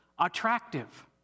attractive